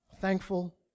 thankful